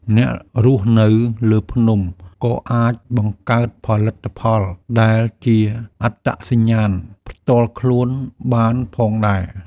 អ្នករស់នៅលើភ្នំ ក៏អាចបង្កើតផលិតផលដែលជាអត្តសញ្ញាណផ្ទាល់ខ្លួនបានផងដែរ។